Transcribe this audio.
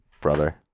brother